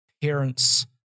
parents